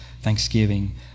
thanksgiving